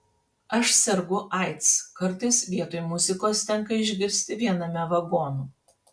aš sergu aids kartais vietoj muzikos tenka išgirsti viename vagonų